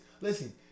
Listen